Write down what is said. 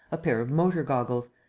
a pair of motor-goggles,